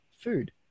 food